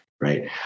right